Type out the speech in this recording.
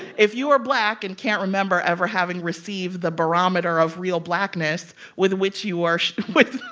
if you are black and can't remember ever having received the barometer of real blackness with which you are with